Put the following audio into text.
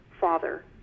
father